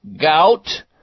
gout